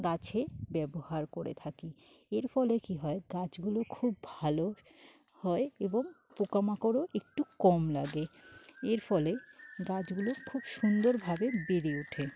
গাছে ব্যবহার করে থাকি এর ফলে কি হয় গাছগুলো খুব ভালো হয় এবং পোকা মাকড়ও একটু কম লাগে এর ফলে গাছগুলো খুব সুন্দরভাবে বেড়ে ওঠে